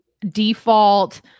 default